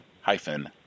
hyphen